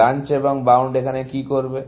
branch এবং bound এখানে কি করবে